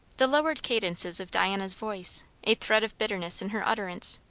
the lowered cadences of diana's voice, a thread of bitterness in her utterance,